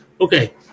okay